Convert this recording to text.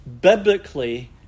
biblically